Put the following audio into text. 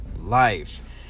life